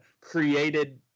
created